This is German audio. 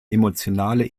emotionale